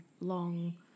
long